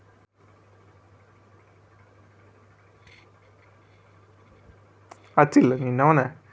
ಆಕಸ್ಮಿಕವಾಗಿ ನಾನು ಡಿಪಾಸಿಟ್ ಪಕ್ವವಾಗುವ ಪೂರ್ವದಲ್ಲಿಯೇ ಮೃತನಾದರೆ ಏನು ಮಾಡಬೇಕ್ರಿ?